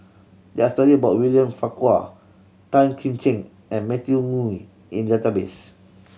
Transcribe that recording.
there are story about William Farquhar Tan Kim Ching and Matthew Ngui in database